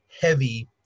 heavy